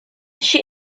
she